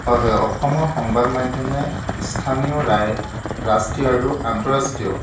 হয় হয় অসমৰ সংবাদ মাধ্যমে স্থানীয় ৰাই ৰাষ্ট্ৰীয় আৰু আন্তঃৰাষ্ট্ৰীয়